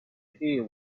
hear